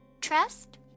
Trust